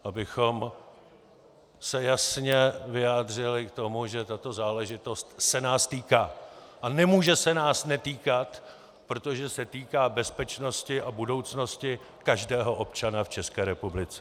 Abychom se jasně vyjádřili k tomu, že tato záležitost se nás týká, a nemůže se nás netýkat, protože se týká bezpečnosti a budoucnosti každého občana v České republice.